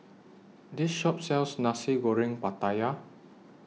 This Shop sells Nasi Goreng Pattaya